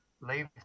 leave